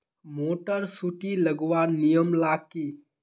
Motor सुटी लगवार नियम ला की?